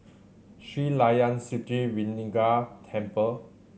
Sri Layan Sithi Vinayagar Temple